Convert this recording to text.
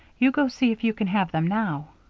you go see if you can have them now.